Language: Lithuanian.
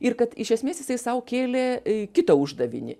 ir kad iš esmės jisai sau kėlė i kitą uždavinį